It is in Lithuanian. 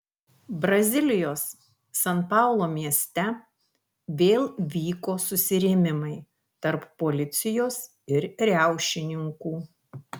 brazilijos san paulo mieste vėl vyko susirėmimai tarp policijos ir riaušininkų